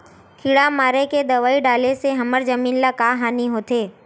किड़ा मारे के दवाई डाले से हमर जमीन ल का हानि होथे?